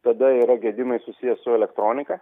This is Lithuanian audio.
tada yra gedimai susiję su elektronika